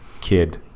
kid